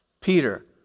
Peter